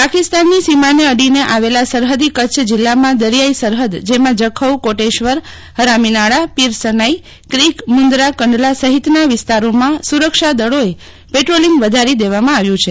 પાકિસ્તાન સીમાને અડીને આવેલા સરહદી કચ્છ જીલ્લામાં દરયાઈ સરહદ જેમાં જખૌ કોટેશ્વર હરામીનાલા પીરસનાઈ ક્રિક મુન્દ્રા કંડલા સહિતના વિસ્તારોમાં સુરક્ષા દળોએ પેદ્રોલિંગ વધારી દેવમ આવ્યું છે